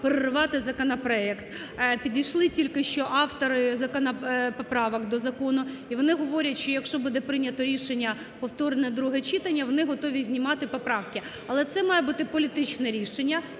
переривати законопроект. Підійшли тільки що автори поправок до закону, і вони говорять, що якщо буде прийнято рішення повторне друге читання, вони готові знімати поправки. Але це має бути політичне рішення.